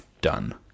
done